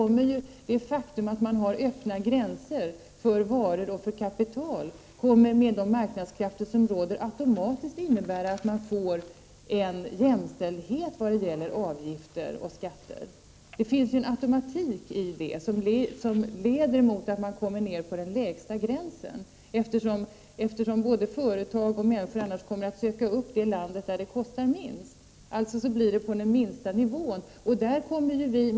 Med öppna gränser för varor och kapital får man, med de marknadskrafter som råder, automatiskt en jämställdhet vad gäller avgifter och skatter. Det finns automatik i detta som leder mot att man kommer ned till den lägsta nivån, eftersom både företag och människor annars kommer att söka upp det land där det kostar minst. Alltså blir det en anpassning till den lägsta nivån.